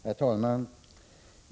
Herr talman!